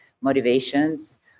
motivations